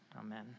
Amen